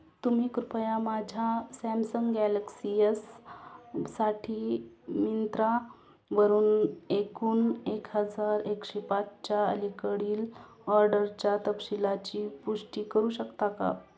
तुम्ही कृपया माझ्या सॅमसंग गॅलक्सी यस साठी मिंत्रा वरून एकूण एक हजार एकशे पाचच्या अलीकडील ऑर्डरच्या तपशीलाची पुष्टी करू शकता का